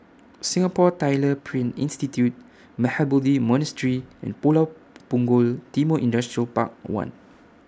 Singapore Tyler Print Institute Mahabodhi Monastery and Pulau Punggol Timor Industrial Park one